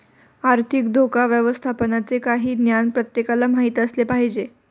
आर्थिक धोका व्यवस्थापनाचे काही ज्ञान प्रत्येकाला माहित असले पाहिजे